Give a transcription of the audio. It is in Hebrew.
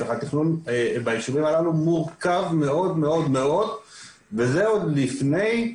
בשיתוף ציבור, מיועדות למתווה של הסדרה במקום.